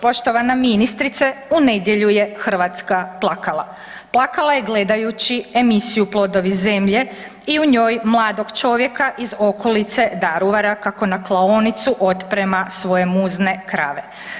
Poštovana ministrice u nedjelju je Hrvatska plakala, plakala je gledajući emisiju „Plodovi zemlje“ i u njoj mladog čovjeka iz okolice Daruvara kako na klaonicu otprema svoje muzne krave.